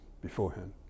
beforehand